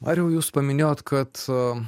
mariau jūs paminėjot kad